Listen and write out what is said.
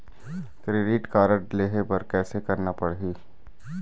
Credit card लेहे बर कैसे करना पड़ही?